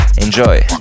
Enjoy